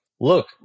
look